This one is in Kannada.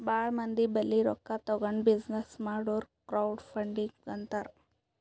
ಭಾಳ ಮಂದಿ ಬಲ್ಲಿ ರೊಕ್ಕಾ ತಗೊಂಡ್ ಬಿಸಿನ್ನೆಸ್ ಮಾಡುರ್ ಕ್ರೌಡ್ ಫಂಡಿಂಗ್ ಅಂತಾರ್